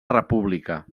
república